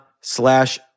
slash